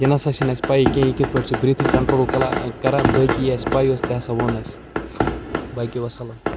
یہِ نہ سا چھَنہٕ اَسہِ پَیی کینٛہہ یہِ کِتھ پٲٹھۍ چھِ بِرٛیٖتھِنٛگ کَنٹرٛول کَران بٲقی یہِ اَسہِ پَے ٲس تہِ ہَسا ووٚن اَسہِ باقی وَسَلام